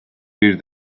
bir